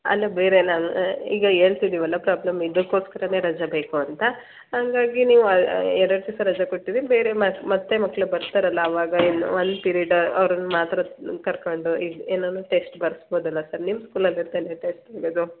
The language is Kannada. ಅಲ್ಲ ಬೇರೆ ಅಲ್ಲ ಈಗ ಹೇಳ್ತಿದೀವಲ್ಲ ಪ್ರಾಬ್ಲಮ್ ಇದಕ್ಕೋಸ್ಕರವೇ ರಜಾ ಬೇಕು ಅಂತ ಹಂಗಾಗಿ ನೀವು ಎರಡು ದಿವಸ ರಜಾ ಕೊಟ್ಟಿದ್ರೆ ಬೇರೆ ಮತ್ತು ಮತ್ತು ಮಕ್ಕಳು ಬರ್ತಾರಲ್ಲ ಅವಾಗ ಏನು ಒನ್ ಪೀರಿಯಡ್ ಅವ್ರನ್ನು ಮಾತ್ರ ಕರ್ಕೊಂಡು ಏನೇನೊ ಟೆಸ್ಟ್ ಬರೆಸ್ಬೋದಲ್ಲ ಸರ್ ನಿಮ್ಮ ಸ್ಕೂಲಲ್ಲೇ ತಾನೇ ಟೆಸ್ಟ್ ಇರೋದು